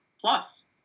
plus